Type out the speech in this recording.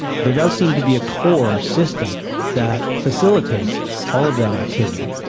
but there does seem to be a core system that facilitates all of that activity,